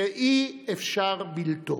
שאי-אפשר בלתו.